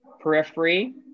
periphery